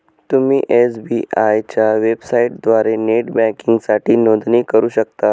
तुम्ही एस.बी.आय च्या वेबसाइटद्वारे नेट बँकिंगसाठी नोंदणी करू शकता